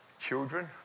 Children